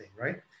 right